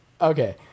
Okay